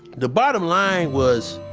the bottom line was